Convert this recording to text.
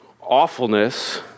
awfulness